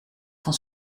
van